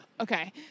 okay